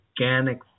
organic